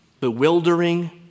bewildering